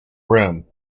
room